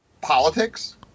politics